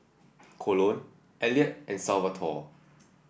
Colon Elliot and Salvatore